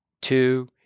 two